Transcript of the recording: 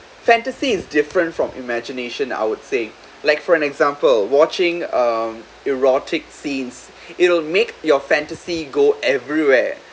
fantasy is different from imagination I would say like for an example watching um erotic scenes it'll make your fantasy go everywhere